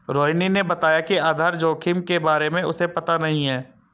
रोहिणी ने बताया कि आधार जोखिम के बारे में उसे पता नहीं है